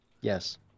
Yes